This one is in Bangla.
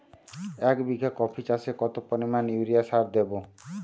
এক বিঘা কপি চাষে কত পরিমাণ ইউরিয়া সার দেবো?